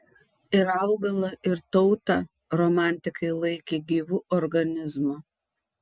ir augalą ir tautą romantikai laikė gyvu organizmu